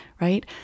right